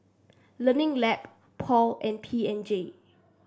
Learning Lab Paul and P and G